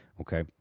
Okay